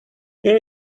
here